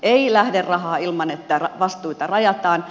ei lähde rahaa ilman että vastuita rajataan